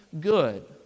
good